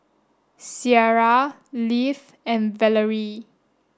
Ciarra Leif and Valarie